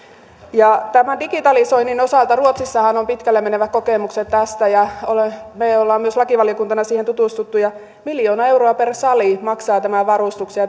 digitalisoinnin osalta ruotsissahan on pitkälle menevät kokemukset tästä ja me olemme lakivaliokuntana siihen tutustuneet miljoona euroa per sali maksaa tämän varustuksen